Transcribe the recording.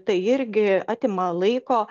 tai irgi atima laiko